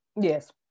Yes